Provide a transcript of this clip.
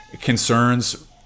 concerns